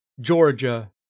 Georgia